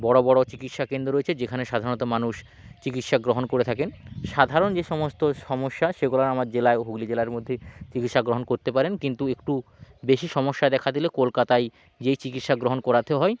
বড়ো বড়ো চিকিৎসা কেন্দ্র রয়েছে যেখানে সাধারণত মানুষ চিকিৎসা গ্রহণ করে থাকেন সাধারণ যে সমস্ত সমস্যা সেগুলো আমার জেলায় হুগলি জেলার মধ্যেই চিকিৎসা গ্রহণ করতে পারেন কিন্তু একটু বেশি সমস্যা দেখা দিলে কলকাতায় গিয়ে চিকিৎসা গ্রহণ করাতে হয়